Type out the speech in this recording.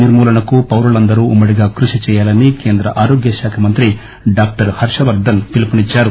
నిర్మూలనకు పౌరులందరూ ఉమ్మ డిగా కృషి చేయాలని కేంద్ర ఆరోగ్యశాఖ మంత్రి డాక్టర్ హర్షవర్దన్ పిలుపునిచ్చారు